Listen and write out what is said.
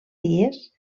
dies